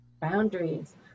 Boundaries